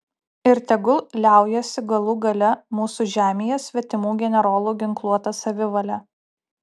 ir tegul liaujasi galų gale mūsų žemėje svetimų generolų ginkluota savivalė